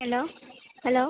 hello hello